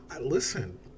Listen